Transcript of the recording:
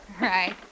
Right